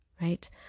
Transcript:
right